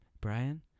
Brian